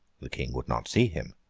the king would not see him.